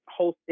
hosted